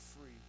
free